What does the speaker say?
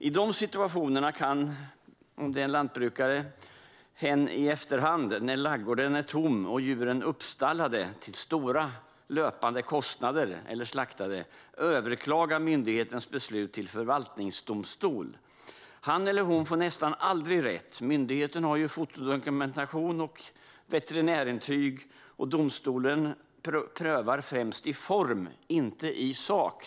I dessa situationer kan en lantbrukare i efterhand, när ladugården är tom och djuren är slaktade eller uppstallade till stora löpande kostnader, överklaga myndighetens beslut till förvaltningsdomstol. Han eller hon får nästan aldrig rätt. Myndigheten har fotodokumentation och veterinärintyg, och domstolen prövar främst i form, inte i sak.